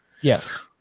Yes